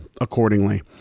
accordingly